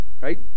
right